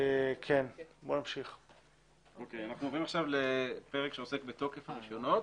אנחנו עוברים עכשיו לפרק שעוסק בתוקף הרישיונות